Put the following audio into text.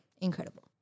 Incredible